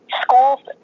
schools